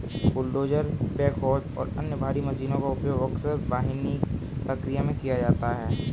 bulldozer backhoes और अन्य भारी मशीनों का उपयोग अक्सर वानिकी प्रक्रिया में किया जाता है